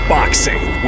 Boxing